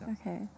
okay